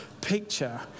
picture